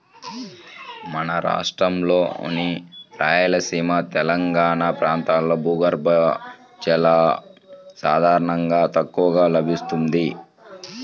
మన రాష్ట్రంలోని రాయలసీమ, తెలంగాణా ప్రాంతాల్లో భూగర్భ జలం సాధారణంగా తక్కువగా లభిస్తుంది